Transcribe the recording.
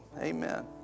Amen